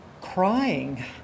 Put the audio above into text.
crying